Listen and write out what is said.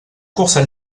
courses